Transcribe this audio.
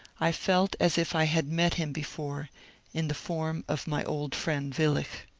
i felt as if i had met him before in the form of my old friend willich.